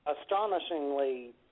astonishingly